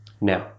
Now